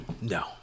No